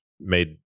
made